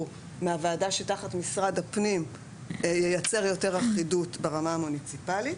מהוועדה שתחת משרד הפנים ייצר יותר אחידות ברמה המוניציפלית.